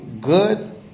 good